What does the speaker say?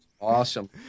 Awesome